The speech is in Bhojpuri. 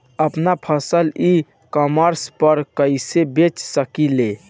आपन फसल ई कॉमर्स पर कईसे बेच सकिले?